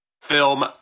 film